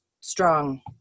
strong